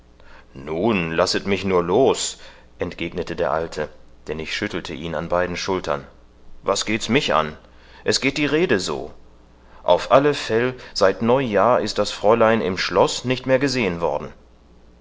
nun lasset mich nur los entgegnete der alte denn ich schüttelte ihn an beiden schultern was geht's mich an es geht die rede so auf alle fäll seit neujahr ist das fräulein im schloß nicht mehr gesehen worden